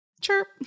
Chirp